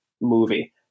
movie